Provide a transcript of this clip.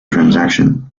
transaction